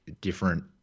different